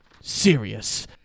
serious